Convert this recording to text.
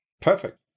Perfect